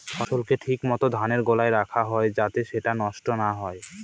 ফসলকে ঠিক মত ধানের গোলায় রাখা হয় যাতে সেটা নষ্ট না হয়